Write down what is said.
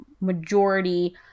majority